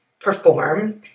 perform